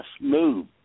move